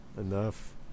Enough